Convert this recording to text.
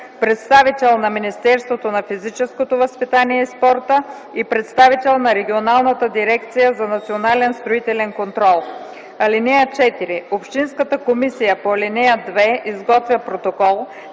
представител на Министерството на физическото възпитание и спорта и представител на Регионалната дирекция за национален строителен контрол. (4) Общинската комисия по ал. 2 изготвя протокол,